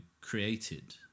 created